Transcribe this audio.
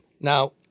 Now